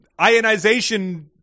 ionization